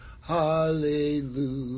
hallelujah